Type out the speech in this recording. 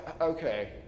okay